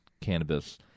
cannabis